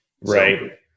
Right